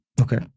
Okay